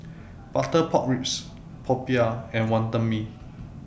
Butter Pork Ribs Popiah and Wonton Mee